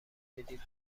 بدید